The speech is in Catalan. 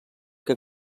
que